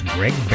Greg